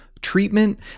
treatment